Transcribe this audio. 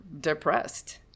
depressed